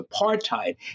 apartheid